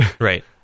Right